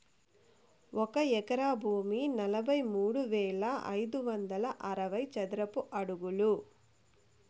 ఒక ఎకరా భూమి నలభై మూడు వేల ఐదు వందల అరవై చదరపు అడుగులు